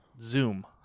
Zoom